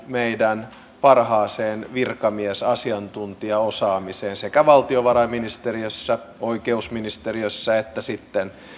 meidän parhaaseen virkamiesasiantuntijaosaamiseen sekä valtiovarainministeriössä oikeusministeriössä että sitten